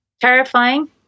Terrifying